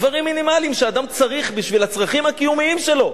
דברים מינימליים שאדם צריך בשביל הצרכים הקיומיים שלו.